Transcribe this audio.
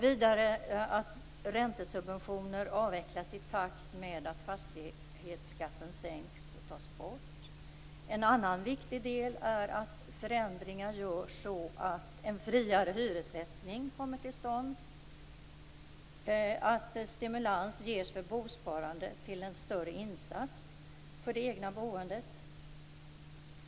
Vidare måste räntesubventioner avvecklas i takt med att fastighetsskatten sänks och tas bort. En annan viktig del är att förändringarna görs så att en friare hyressättning kommer till stånd. Det skall ges stimulans för bosparande till en större insats för det egna boendet.